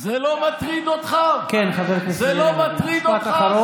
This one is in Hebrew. זה לא מטריד אותך?